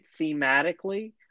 thematically